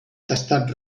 tastat